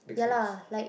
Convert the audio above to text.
ya lah like